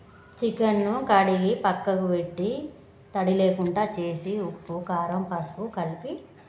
chicken కడిగి పక్కకు పెట్టి తడి లేకుండా చేసి ఉప్పు కారం పసుపు కలిపి